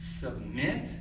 submit